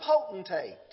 potentate